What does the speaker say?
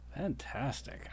Fantastic